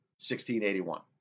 1681